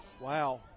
wow